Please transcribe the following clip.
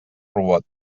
robot